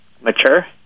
mature